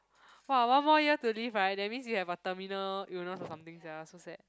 [wah] one more year to live right that means you have a terminal illness of something sia so sad